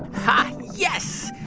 ha, yes.